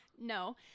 No